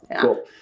Cool